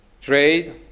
trade